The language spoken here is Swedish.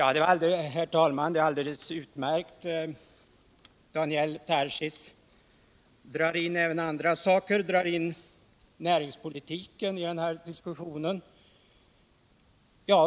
Herr talman! Det är alldeles utmärkt. Daniel Tarschys drar in även andra saker, som näringspolitiken, i den här diskussionen.